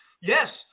Yes